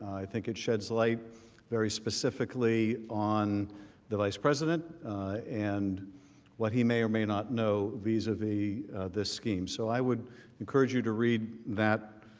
i think it sheds light very specifically on the vice president and what he may or may not know vis-a-vis this scheme. so i would encourage you to read that